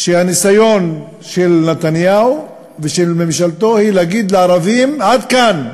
שהניסיון של נתניהו ושל ממשלתו הוא להגיד לערבים: עד כאן.